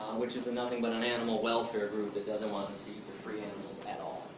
which is and nothing but an animal welfare group, that doesn't wanna see, to free animals at all.